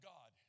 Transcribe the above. God